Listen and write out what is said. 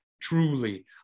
Truly